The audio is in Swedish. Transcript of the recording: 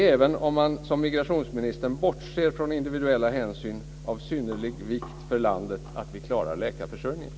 Även om man som migrationsministern bortser från individuella hänsyn är det av synnerlig vikt för landet att vi klarar läkarförsörjningen.